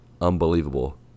unbelievable